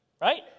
right